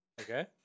Okay